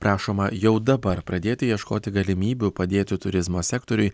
prašoma jau dabar pradėti ieškoti galimybių padėti turizmo sektoriui